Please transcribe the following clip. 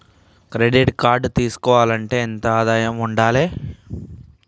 Credit card తీసుకోవాలంటే ఎంత ఆదాయం ఉండాలే?